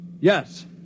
Yes